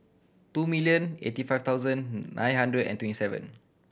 two million eighty five thousand nine hundred and twenty seven